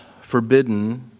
forbidden